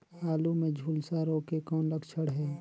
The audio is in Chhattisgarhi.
आलू मे झुलसा रोग के कौन लक्षण हे?